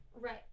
Right